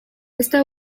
esta